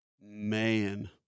Man